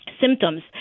symptoms